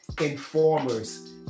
informers